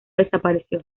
desapareció